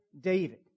David